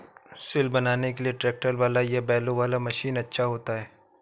सिल बनाने के लिए ट्रैक्टर वाला या बैलों वाला मशीन अच्छा होता है?